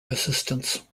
assistance